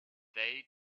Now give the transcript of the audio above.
they